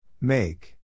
Make